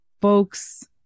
folks